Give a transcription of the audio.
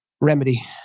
remedy